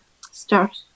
start